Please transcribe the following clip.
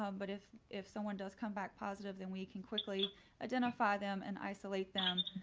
um but if if someone does come back positive, then we can quickly identify them and isolate them